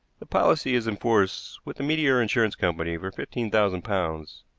the policy is in force with the meteor insurance company for fifteen thousand pounds.